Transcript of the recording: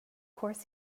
course